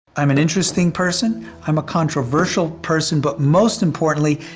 i'm an interesting person. i'm a controversial person. but most importantly,